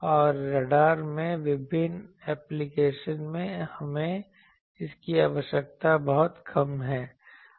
और रडार में विभिन्न एप्लीकेशन में हमें इसकी आवश्यकता बहुत कम है